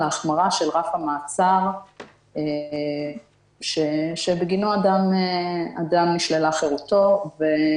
החמרה של רף המעצר שבגינו נשללה חירותו של אדם.